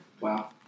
Wow